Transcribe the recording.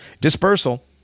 dispersal